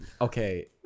Okay